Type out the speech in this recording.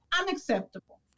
unacceptable